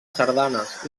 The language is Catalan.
sardanes